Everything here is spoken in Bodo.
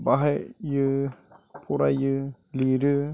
बाहायो फरायो लिरो